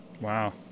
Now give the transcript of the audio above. Wow